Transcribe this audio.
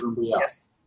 Yes